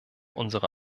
unsere